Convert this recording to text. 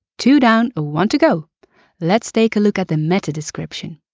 two down, ah one to go let's take a look at the meta description.